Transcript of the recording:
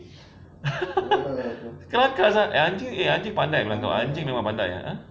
kelakar sia eh anjing eh pandai [tau] anjing memang pandai ah